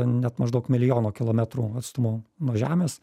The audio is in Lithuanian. net maždaug milijono kilometrų atstumu nuo žemės